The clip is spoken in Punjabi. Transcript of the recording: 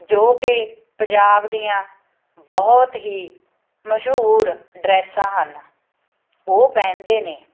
ਜੋ ਕਿ ਪੰਜਾਬ ਦੀਆਂ ਬਹੁਤ ਹੀ ਮਸ਼ਹੂਰ ਡਰੈਸਾਂ ਹਨ ਉਹ ਪਹਿਨਦੇ ਨੇ